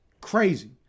Crazy